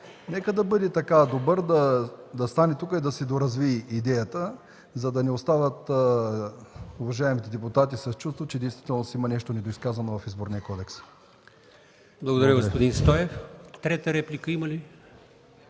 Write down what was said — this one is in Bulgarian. нека да бъде така добър да застане тук и да си доразвие идеята, за да не остават уважаемите депутати с чувството, че действително има нещо недоизказано в Изборния кодекс.